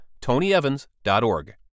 tonyevans.org